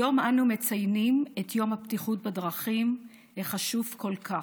היום אנו מציינים את יום הבטיחות בדרכים החשוב כל כך.